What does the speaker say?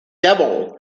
devil